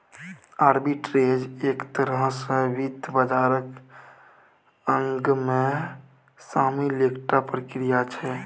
arbitrage एक तरह सँ वित्त बाजारक अंगमे शामिल एकटा प्रक्रिया छै